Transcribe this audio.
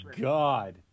God